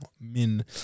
Min